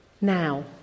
now